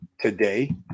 today